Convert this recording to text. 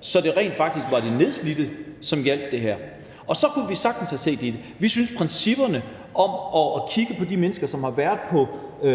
så det rent faktisk var det nedslidte, som gjaldt her; så kunne vi sagtens have set os i det. Vi synes om princippet om at kigge på de mennesker, som har været på